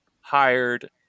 hired